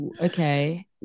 Okay